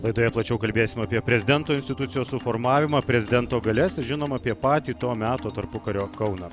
laidoje plačiau kalbėsim apie prezidento institucijos suformavimą prezidento galias ir žinoma apie patį to meto tarpukario kauną